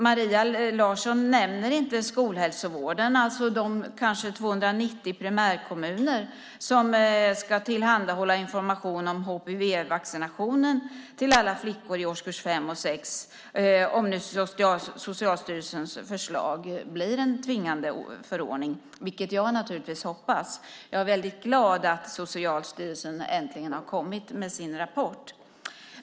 Maria Larsson nämner inte skolhälsovården, alltså de kanske 290 primärkommuner som ska tillhandahålla information om HPV-vaccinationen till alla flickor i årskurs 5 och 6, om nu Socialstyrelsens förslag blir en tvingande förordning, vilket jag naturligtvis hoppas. Jag är väldigt glad åt att Socialstyrelsen äntligen har kommit med sin rapport.